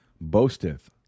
boasteth